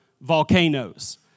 volcanoes